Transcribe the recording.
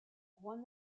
won